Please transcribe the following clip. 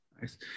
Nice